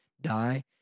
die